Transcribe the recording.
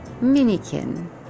Minikin